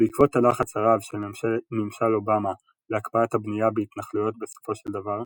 בעקבות הלחץ הרב של ממשל אובמה להקפאת הבנייה בהתנחלויות בסופו של דבר,